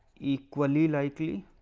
equally likely